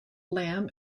lamb